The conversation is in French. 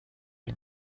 les